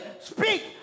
speak